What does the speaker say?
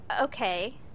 Okay